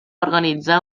organitzar